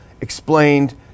explained